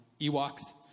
Ewoks